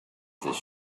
this